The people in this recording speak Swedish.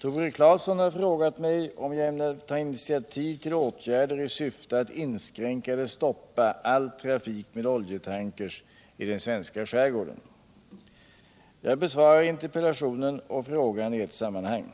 Tore Claeson har frågat mig om jag ämnar ta initiativ till åtgärder i syfte att inskränka eller stoppa all trafik med oljetankers i den svenska skärgården. Jag besvarar interpellationen och frågan i ett sammanhang.